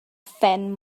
phen